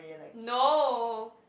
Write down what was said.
no